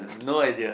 no idea